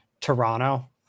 Toronto